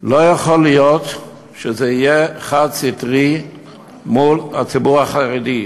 לא יכול להיות שזה יהיה חד-סטרי מול הציבור החרדי,